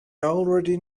already